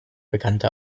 bekannte